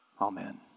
Amen